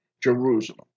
Jerusalem